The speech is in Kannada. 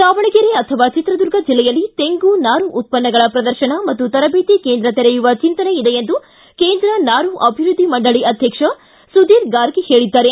ದಾವಣಗೆರೆ ಅಥವಾ ಚಿತ್ರದುರ್ಗ ಜಿಲ್ಲೆಯಲ್ಲಿ ತೆಂಗು ನಾರು ಉತ್ಪನ್ನಗಳ ಪ್ರದರ್ಶನ ಮತ್ತು ತರಬೇತಿ ಕೇಂದ್ರ ತೆರೆಯುವ ಚಿಂತನೆ ಇದೆ ಎಂದು ಕೇಂದ್ರ ನಾರು ಅಭಿವೃದ್ಧಿ ಮಂಡಳಿ ಅಧ್ಯಕ್ಷ ಸುದೀರ್ ಗಾರ್ಗ್ ಹೇಳಿದ್ದಾರೆ